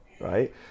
right